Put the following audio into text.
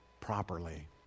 properly